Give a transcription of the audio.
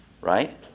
right